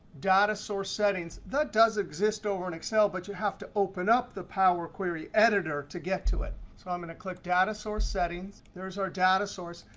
data source settings, that does exist over in excel, but you have to open up the power query editor to get to it. so i'm going to click data source settings. there is our data source.